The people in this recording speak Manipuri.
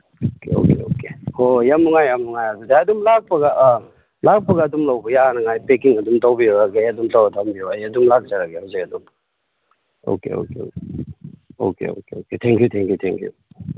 ꯑꯣꯀꯦ ꯑꯣꯀꯦ ꯑꯣꯀꯦ ꯍꯣꯏ ꯌꯥꯝ ꯅꯨꯡꯉꯥꯏ ꯌꯥꯝ ꯅꯨꯡꯉꯥꯏꯔꯦ ꯍꯧꯖꯤꯛ ꯑꯗꯨꯝ ꯂꯥꯛꯄꯒ ꯑ ꯂꯥꯛꯄꯒ ꯑꯗꯨꯝ ꯂꯧꯕ ꯌꯥꯅꯉꯥꯏ ꯄꯦꯀꯤꯡ ꯑꯗꯨꯝ ꯇꯧꯕꯤꯔꯒꯦ ꯑꯗꯨꯝ ꯇꯧꯔ ꯊꯝꯕꯤꯔꯣ ꯑꯩ ꯑꯗꯨꯝ ꯂꯥꯛꯆꯔꯒꯦ ꯍꯧꯖꯤꯛ ꯑꯗꯨꯝ okay okay okay okay okay okay thank you thank you thank U